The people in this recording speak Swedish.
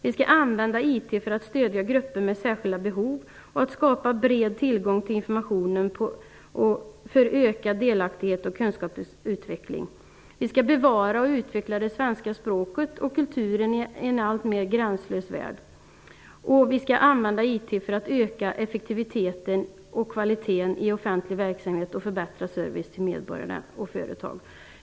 Vi skall använda IT för att stödja grupper med särskilda behov och skapa bred tillgång till information för ökad delaktighet och kunskapsutveckling. Vi skall bevara och utveckla det svenska språket och kulturen i en alltmer gränslös värld. Vi skall använda IT för att öka effektiviteten och kvaliteten i offentlig verksamhet och förbättra servicen till medborgare och företag.